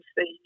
see